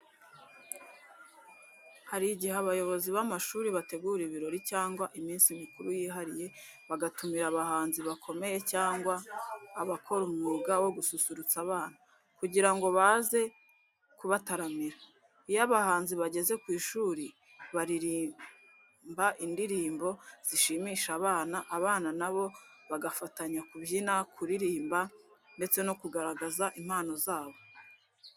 Hari igihe abayobozi b'amashuri bategura ibirori cyangwa iminsi mikuru yihariye, bagatumira abahanzi bakomeye cyangwa abakora umwuga wo gususurutsa abana, kugira ngo baze kubataramira. Iyo abahanzi bageze ku ishuri baririmba indirimbo zishimisha abana, abana na bo bagafatanya kubyina, kuririmba ndetse no kugaragaza impano zabo.